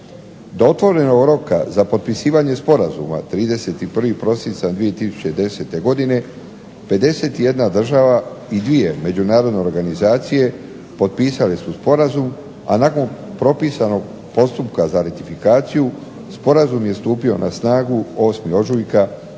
Do otvorenog roka za potpisivanje sporazuma od 31. prosinca 2010. godine 51 država i 2 međunarodne organizacije potpisale su sporazum, a nakon propisanog postupka za ratifikaciju sporazum je stupio na snagu 8. ožujka